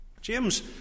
James